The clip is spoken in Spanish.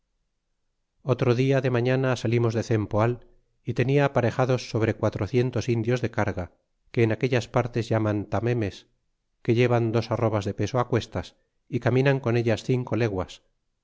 otro dia de mañana salimos de cempoal y tenia aparejados sobre quatrocientos indios de carga que en aquellas partes llaman tamemes que llevan dos arrobas de peso cuestas y caminan con ellas cinco leguas